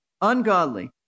Ungodly